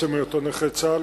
עצם היותו נכה צה"ל,